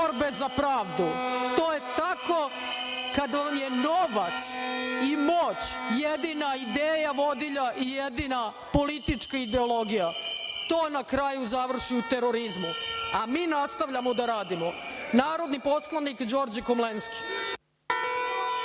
borbe za pravdu. To je tako kada vam je novac i moć jedina ideja vodilja i jedina politička ideologija. To na kraju završi u terorizmu. Mi nastavljamo da radimo. Narodni poslanik Đorđe Komlenski